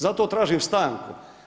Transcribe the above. Zato tražim stanku.